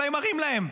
אולי מראים להם,